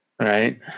right